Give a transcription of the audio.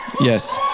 Yes